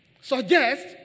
suggest